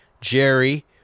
Jerry